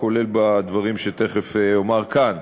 כולל בדברים שתכף אומר כאן,